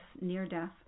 near-death